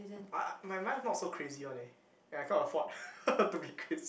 I I my mind is not so crazy one eh and I can't afford to be crazy